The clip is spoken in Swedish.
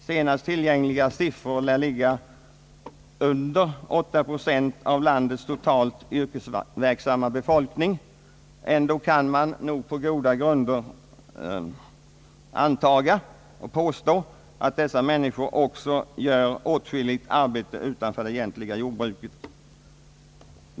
Senast tillgängliga siffrorna lär ligga under åtta procent av landets totalt yrkesverksamma befolkning. Ändå kan man nog på goda grunder antaga och påstå att dessa människor också utför mycket arbete utöver det egentliga jordbruket.